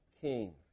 king